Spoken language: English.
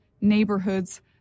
neighborhoods